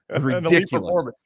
ridiculous